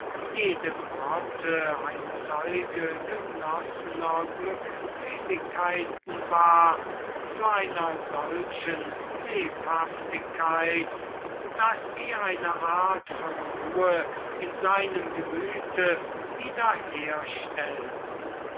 jede grotte ein zeuge genoßner glückseligkeiten war zu einer solchen lebhaftigkeit daß sie eine art von ruhe in seinem